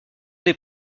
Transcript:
est